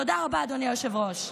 תודה רבה, אדוני היושב-ראש.